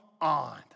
on